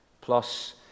Plus